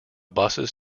buses